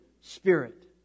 spirit